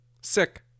Sick